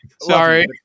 Sorry